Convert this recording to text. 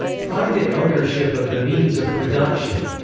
private ownership of the means of production.